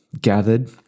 gathered